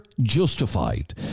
justified